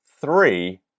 three